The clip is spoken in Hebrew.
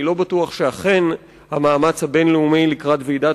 אני לא בטוח שאכן המאמץ הבין-לאומי לקראת ועידת